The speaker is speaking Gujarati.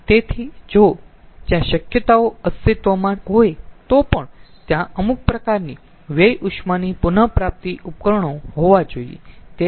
તેથી જો ત્યાં શક્યતાઓ અસ્તિત્વમાં હોય તો પણ ત્યાં અમુક પ્રકારની વ્યય ઉષ્માની પુન પ્રાપ્તિ ઉપકરણો હોવા જોઈયે